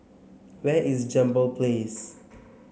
where is Jambol Place